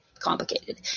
complicated